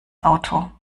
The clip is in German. auto